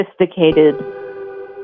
sophisticated